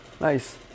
Nice